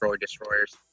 destroyers